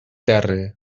terri